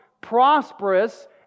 prosperous